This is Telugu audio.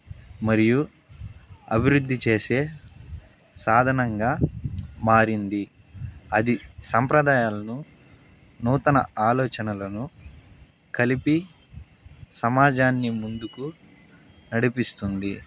మరియు అభివృద్ది చేసే సాధనంగా మారింది అది సంప్రదాయాలను నూతన ఆలోచనలను కలిపి సమాజాన్ని ముందుకు నడిపిస్తుంది